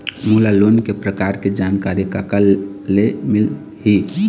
मोला लोन के प्रकार के जानकारी काकर ले मिल ही?